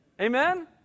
Amen